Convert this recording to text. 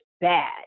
bad